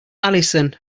allison